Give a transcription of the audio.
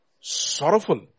sorrowful